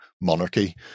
monarchy